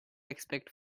expect